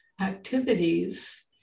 activities